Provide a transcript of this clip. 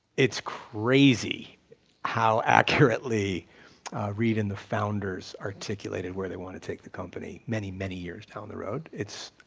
it's crazy how accurately reid and the founders articulated where they want to take the company many, many years down the road. it's